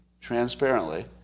transparently